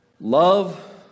Love